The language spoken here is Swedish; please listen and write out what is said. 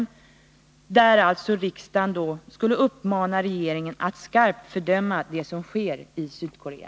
I den föreslår vi alltså att riksdagen skall uppmana regeringen att skarpt fördöma det som sker i Sydkorea.